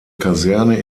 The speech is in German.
kaserne